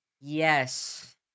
Yes